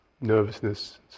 nervousness